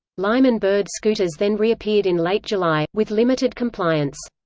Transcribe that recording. lime and bird scooters then reappeared in late july, with limited compliance.